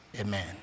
Amen